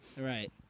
Right